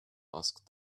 asked